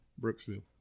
Brooksville